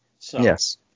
Yes